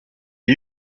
est